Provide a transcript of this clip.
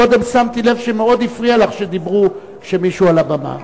קודם שמתי לב שמאוד הפריע לך שדיברו כשמישהו על הבמה.